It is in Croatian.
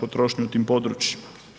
potrošnju u tim područjima.